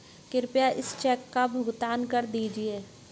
कृपया इस चेक का भुगतान कर दीजिए